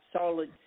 solid